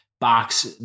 box